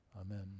Amen